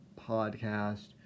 podcast